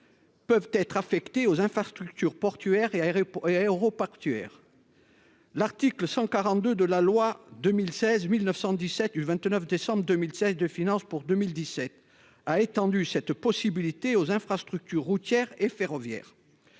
peuvent être affectés aux infrastructures portuaires et et aéroportuaires, l'article 142 de la loi 2016 1917 du 29 décembre 2016 de finances pour 2017 a étendu cette possibilité aux infrastructures routières et ferroviaires,